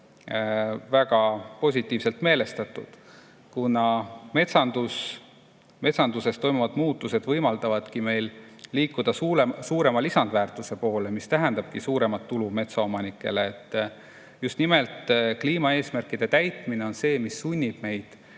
väga positiivselt meelestatud, sest metsanduses toimuvad muutused võimaldavadki meil liikuda suurema lisandväärtuse poole ja see tähendabki suuremat tulu metsaomanikele. Just nimelt kliimaeesmärkide täitmine on see, mis sunnib meid